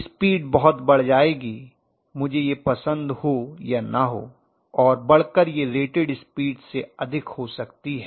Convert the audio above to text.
speed बहुत बढ़ जाएगी मुझे यह पसंद हो या न हो और बढ़कर यह रेटेड स्पीड से अधिक हो सकती है